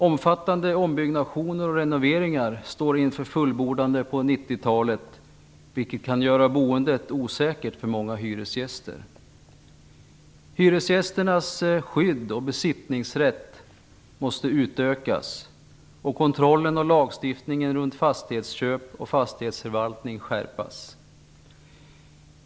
Omfattande ombyggnader och renoveringar står inför fullbordan på 90-talet, vilket kan göra boendet osäkert för många hyresgäster. Hyresgästernas skydd och besittningsrätt måste utökas och kontrollen och lagstiftningen runt fastighetsköp och fastighetsförvaltning skärpas.